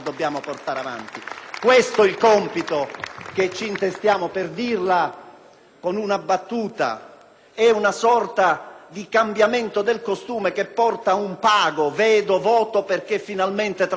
con una battuta, è una sorta di cambiamento del costume che porta ad un «pago, vedo, voto», perché finalmente tra l'amministratore ed il cittadino ci sarà un rapporto che li legherà sulla base di quello che si fa.